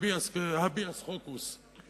הביאס קורפוס,